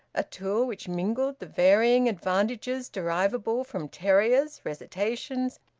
a tour which mingled the varying advantages derivable from terriers, recitations,